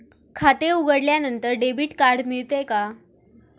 खाते उघडल्यानंतर debit card मिळते का?